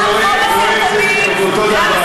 חברת הכנסת לביא,